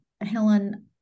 Helen